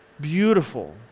Beautiful